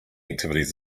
activities